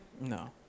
No